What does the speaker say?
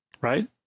right